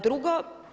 Drugo.